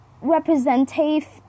representative